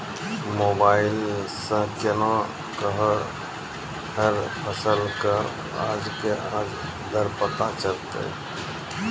Mobile सऽ केना कऽ हर फसल कऽ आज के आज दर पता चलतै?